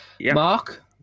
Mark